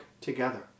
together